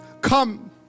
come